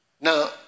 Now